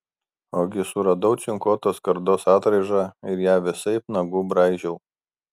ogi suradau cinkuotos skardos atraižą ir ją visaip nagu braižiau